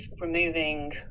removing